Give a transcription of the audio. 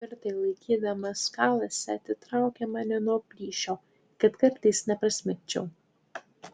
tvirtai laikydamas kalasi atitraukė mane nuo plyšio kad kartais neprasmegčiau